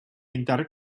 intern